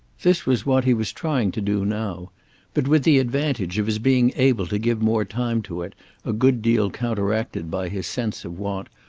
this was what he was trying to do now but with the advantage of his being able to give more time to it a good deal counteracted by his sense of what,